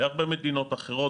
דרך אגב,